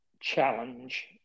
challenge